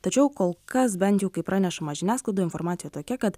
tačiau kol kas bent jau kaip pranešama žiniasklaidoje informacija tokia kad